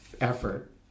effort